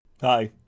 Hi